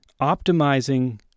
optimizing